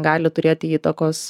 gali turėti įtakos